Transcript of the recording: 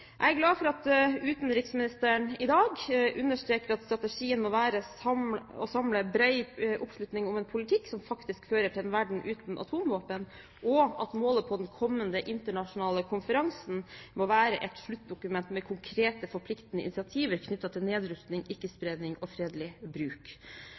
Jeg er glad for at utenriksministeren i dag understreket at strategien må være å samle bred oppslutning om en politikk som faktisk fører til en verden uten atomvåpen, og at målet for den kommende internasjonale konferansen må være et sluttdokument med konkrete, forpliktende initiativer knyttet til nedrustning,